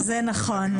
זה נכון.